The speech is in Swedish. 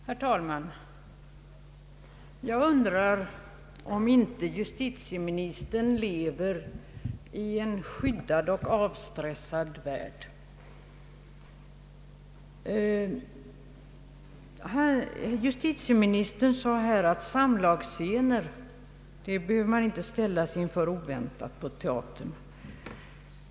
Herr talman! Jag undrar om inte justitieministern lever i en skyddad och avstressad värld. Han sade att samlagsscener behöver man inte oväntat ställas inför på teatern.